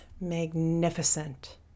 magnificent